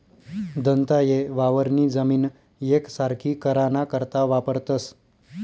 दंताये वावरनी जमीन येकसारखी कराना करता वापरतंस